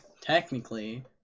technically